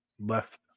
left